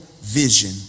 vision